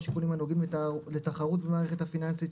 משיקולים הנוגעים לתחרות במערכת הפיננסית,